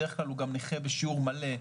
בדרך כלל גם נכה בשיעור מלא.